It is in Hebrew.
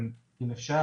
אם אפשר.